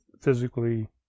physically